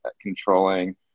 controlling